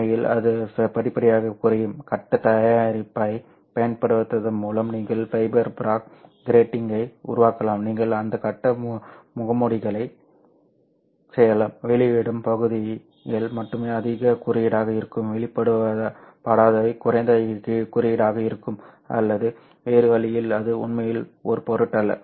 உண்மையில் இது படிப்படியாகக் குறையும் கட்ட தயாரிப்பைப் பயன்படுத்துவதன் மூலம் நீங்கள் ஃபைபர் ப்ராக் கிராட்டிங்கையும் உருவாக்கலாம் நீங்கள் அந்த கட்ட முகமூடிகளைச் செய்யலாம் வெளிப்படும் பகுதிகள் மட்டுமே அதிக குறியீடாக இருக்கும் வெளிப்படுத்தப்படாதவை குறைந்த குறியீடாக இருக்கும் அல்லது வேறு வழியில் அது உண்மையில் ஒரு பொருட்டல்ல